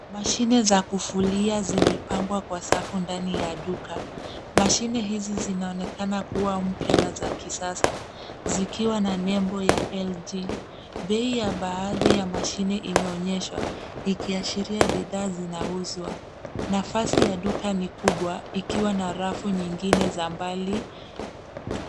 Mashine za kufulia zimepangwa kwa safu ndani ya duka. Mashine hizi zinaonekana kuwa mpya na za kisasa zikiwa na nembo ya LG . Bei ya baadhi ya mashine imeonyeshwa, ikiashiria bidhaa zinauzwa. Nafasi ya duka ni kubwa ikiwa na rafu nyingine za mbali.